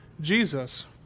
Jesus